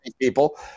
people